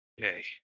Okay